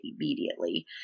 immediately